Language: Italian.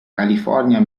california